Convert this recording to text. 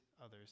others